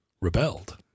rebelled